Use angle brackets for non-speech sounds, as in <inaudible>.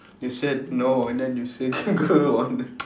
you said no and then you said <laughs> go on